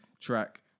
track